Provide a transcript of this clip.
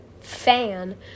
fan